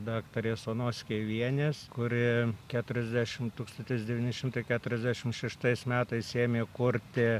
daktarės onos skeivienės kuri tūkstantis devyni šimtai keturiasdešim šeštais metais ėmė kurti